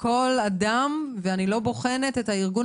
לכל אדם ואני לא בוחנת את הארגון,